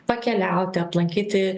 pakeliauti aplankyti